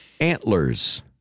antlers